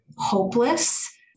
Hopeless